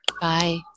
Bye